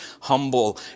humble